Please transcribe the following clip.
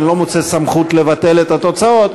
אני לא מוצא סמכות לבטל את התוצאות,